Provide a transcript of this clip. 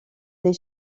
des